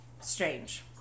strange